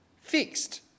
fixed